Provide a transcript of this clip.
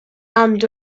and